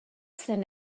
zen